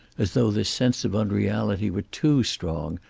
as though the sense of unreality were too strong,